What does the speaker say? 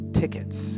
tickets